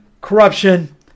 Corruption